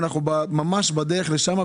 ואנחנו ממש בדרך לשם,